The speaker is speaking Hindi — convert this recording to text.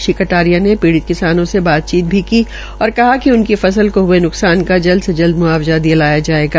श्री कटारिया ने पीडि़म किसानों से बातचीत भी की और कहा कि उनकी फसल को हये न्कसान की जल्द से जल्द मुआवजा दिलाया जायेगा